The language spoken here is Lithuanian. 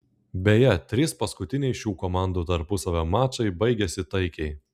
beje trys paskutiniai šių komandų tarpusavio mačai baigėsi taikiai